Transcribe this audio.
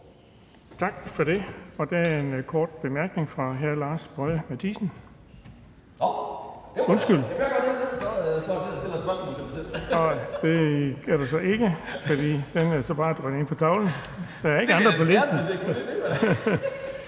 Tak for det. Der er en kort bemærkning fra hr. Lars Boje Mathiesen. Undskyld, det er der så ikke. Det er bare kommet ind på tavlen ved en fejl. Der er ikke andre på listen,